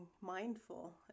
mindful